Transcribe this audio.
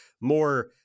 more